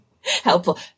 helpful